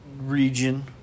region